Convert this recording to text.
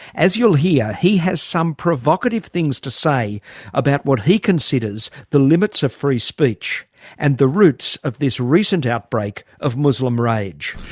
as you'll hear, he has some provocative things to say about what he considers the limits of free speech and the roots of this recent outbreak of muslim rage.